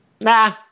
Nah